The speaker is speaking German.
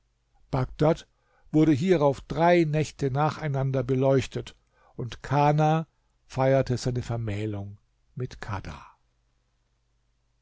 bagdad wurde hierauf drei nächte nacheinander beleuchtet und kana feierte seine vermählung mit kadha